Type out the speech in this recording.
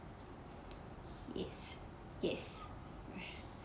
yes